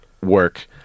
work